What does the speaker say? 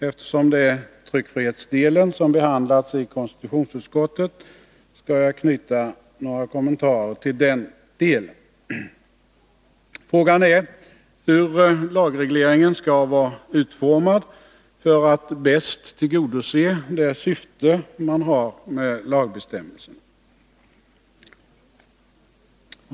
Eftersom det är tryckfrihetsdelen som behandlats i konstitutionsutskottet, skall jag knyta några kommentarer till den delen. Frågan är hur lagregleringen skall vara utformad för att bäst tillgodose det syfte man har med lagbestämmelserna.